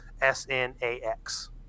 S-N-A-X